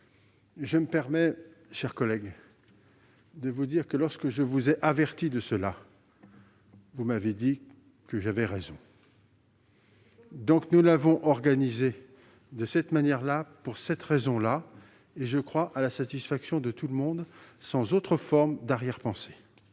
Je me permets, mes chers collègues, de vous dire que, lorsque je vous ai avertis de cela, vous m'avez dit que j'avais raison. Nous nous sommes donc organisés en conséquence, et pour cette raison-là, et, me semble-t-il, à la satisfaction de tout le monde. Sans autre forme d'arrière-pensées.